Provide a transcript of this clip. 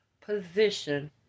position